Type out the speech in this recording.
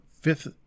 fifth